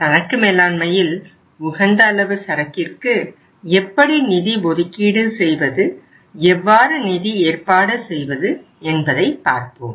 சரக்கு மேலாண்மையில் உகந்த அளவு சரக்கிற்கு எப்படி நிதி ஒதுக்கீடு செய்வது எவ்வாறு நிதி ஏற்பாடு செய்வது என்பதை பார்ப்போம்